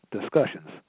discussions